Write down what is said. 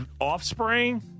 offspring –